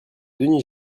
denis